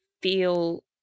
feel